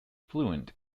fluent